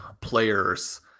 players